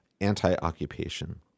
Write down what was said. anti-occupation